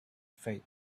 fate